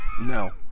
No